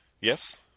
Yes